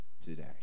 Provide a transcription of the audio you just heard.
today